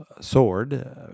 sword